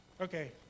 Okay